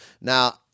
Now